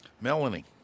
melanie